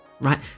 right